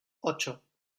ocho